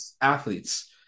Athletes